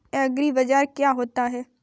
एग्रीबाजार क्या होता है?